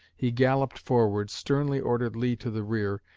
he galloped forward, sternly ordered lee to the rear,